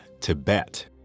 Tibet